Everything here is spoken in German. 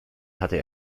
hatte